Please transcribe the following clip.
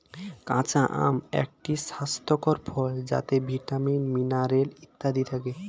কাঁচা আম একটি স্বাস্থ্যকর ফল যাতে ভিটামিন, মিনারেল ইত্যাদি থাকে